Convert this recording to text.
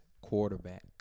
quarterback